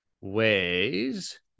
ways